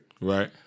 Right